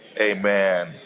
amen